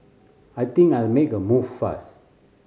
I think I'll make a move first